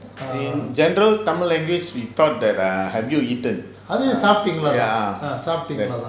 in general tamil language we thought that err have you eaten ya yes